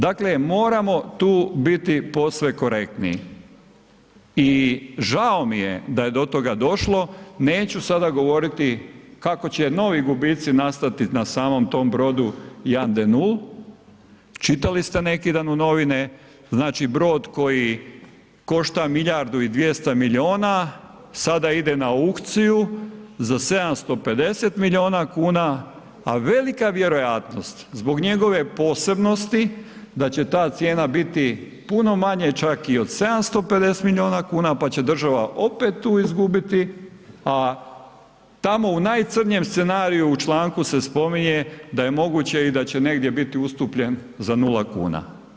Dakle, moramo tu biti posve korektni i žao mi je da je do toga došlo, neću sada govoriti kako će novi gubici nastati na samom tom brodu Jan de Nul, čitali ste nekidan u novine, znači brod koji košta milijardu i 200 milijuna, sada ide na aukciju za 750 milijuna kuna, a velika vjerojatnost zbog njegove posebnosti da će ta cijena biti puno manje čak i od 750 milijuna kuna pa će država opet tu izgubiti a tamo u najcrnjem scenariju u članku se spominje da je moguće i da će negdje biti ustupljen za nula kuna.